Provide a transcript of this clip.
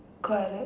correct